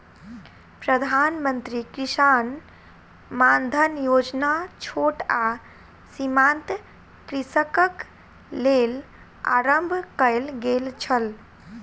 प्रधान मंत्री किसान मानधन योजना छोट आ सीमांत कृषकक लेल आरम्भ कयल गेल छल